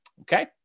Okay